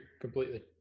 completely